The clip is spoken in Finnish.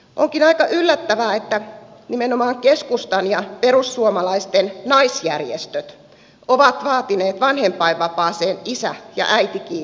onkin aika yllättävää että nimenomaan keskustan ja perussuomalaisten naisjärjestöt ovat vaatineet vanhempainvapaaseen isä ja äiti kiintiöitä